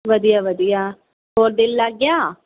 ਵਧੀਆ ਵਧੀਆ ਹੋਰ ਦਿਲ ਲੱਗ ਗਿਆ